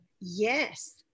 yes